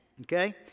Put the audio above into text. Okay